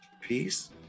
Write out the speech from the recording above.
peace